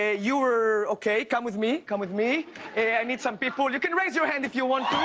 ah you are okay. come with me, come with me. i need some people. you can raise your hand if you want